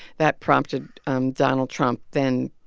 that prompted um donald trump then,